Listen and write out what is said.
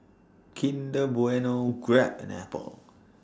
Kinder Bueno Grab and Apple